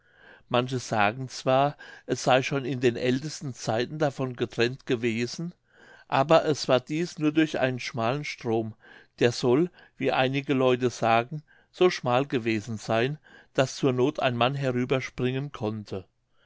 manche sagen zwar es sey schon in den ältesten zeiten davon getrennt gewesen aber es war dies nur durch einen schmalen strom der soll wie einige leute sagen so schmal gewesen seyn daß zur noth ein mann herüber springen konnte